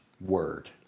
word